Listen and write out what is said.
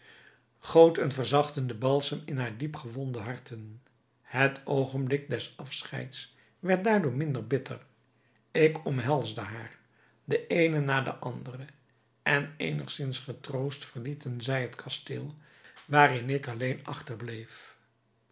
goot een verzachtenden balsem in hare diep gewonde harten het oogenblik des afscheids werd daardoor minder bitter ik omhelsde haar de eene na de andere en eenigszins getroost verlieten zij het kasteel waarin ik alleen